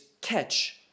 catch